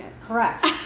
Correct